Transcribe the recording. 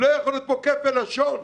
לא יכול להיות פה כפל לשון.